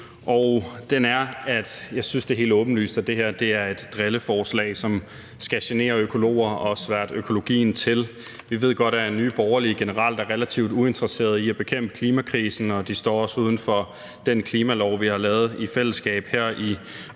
jeg synes, det er helt åbenlyst, at det her er et drilleforslag, som skal genere økologer og sværte økologien til. Vi ved godt, at Nye Borgerlige generelt er relativt uinteresseret i at bekæmpe klimakrisen, og de står også uden for den klimalov, som vi har lavet i fællesskab her i Folketinget.